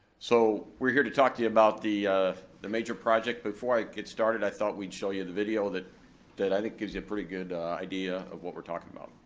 so, we're here to talk to you about the the major project, but before i get started i thought we'd show you the video that that i think gives a pretty good idea of what we're talking about.